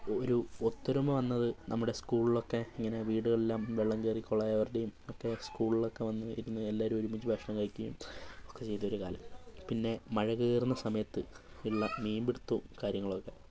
ഒരു ഒത്തൊരുമ വന്നത് നമ്മുടെ സ്ക്കൂളിലൊക്കെ ഇങ്ങനെ വീടുകളെല്ലാം വെള്ളം കേറി കൊളായവരുടെയും ഒക്കെ സ്ക്കൂളിലൊക്കെ വന്ന് ഇരുന്ന് എല്ലാരും ഒരുമിച്ച് ഭക്ഷണം കഴിക്കുകയും ഒക്കെ ചെയ്തൊരു കാലം പിന്നെ മഴ തീർന്ന സമയത്ത് ഉള്ള മീൻ പിടുത്തവും കാര്യങ്ങളുമൊക്കെ